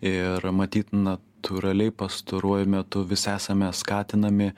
ir matyt natūraliai pastaruoju metu vis esame skatinami